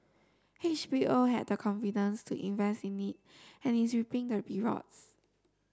H B O had the confidence to invest in it and is reaping the rewards